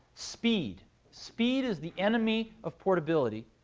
speed speed is the enemy of portability,